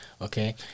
Okay